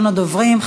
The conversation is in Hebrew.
הצעות לסדר-היום מס'